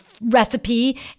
recipe